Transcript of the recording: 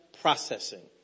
Processing